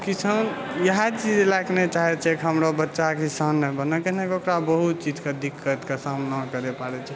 किसान इएह चीज लै के नहि चाहैत छै कि हमरो बच्चा किसाने बने काहेकि ओकरा बहुत चीजके दिक्कतके सामना करय पड़ैत छै